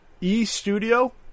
E-Studio